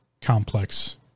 complex